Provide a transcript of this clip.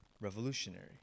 revolutionary